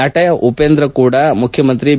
ನಟ ಉಪೇಂದ್ರ ಕೂಡ ಮುಖ್ಯಮಂತ್ರಿ ಬಿ